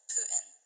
Putin